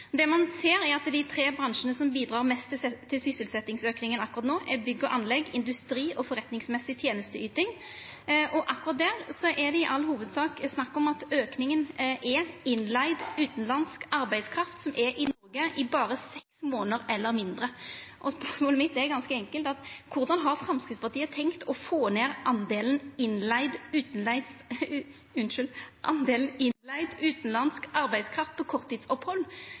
at ein ønskjer å byggja landet. Det ein ser, er at dei tre bransjane som bidreg mest til sysselsetjingsauken akkurat no, er bygg og anlegg, industri og forretningsmessig tenesteyting, og akkurat der er det i all hovudsak snakk om at auken er innleigd utanlandsk arbeidskraft som er i Noreg i berre seks månader eller mindre. Spørsmålet mitt er ganske enkelt: Korleis har Framstegspartiet tenkt å få ned talet på innleigd utanlandsk arbeidskraft på korttidsopphald,